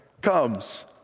comes